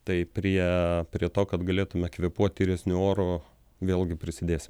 tai prie prie to kad galėtume kvėpuot tyresniu oru vėlgi prisidėsime